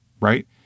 right